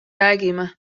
räägime